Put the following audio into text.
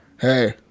hey